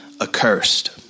accursed